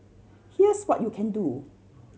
here's what you can do